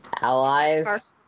Allies